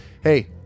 Hey